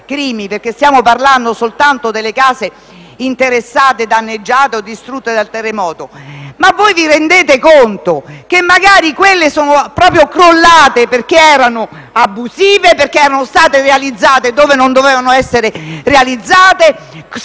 perché stiamo parlando soltanto delle case interessate, danneggiate o distrutte dal terremoto. Vi rendete conto che magari quelle sono proprio crollate perché erano abusive, perché realizzate dove non dovevano essere realizzate,